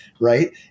right